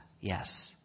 yes